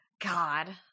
God